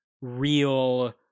real